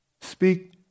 Speak